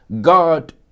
God